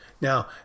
Now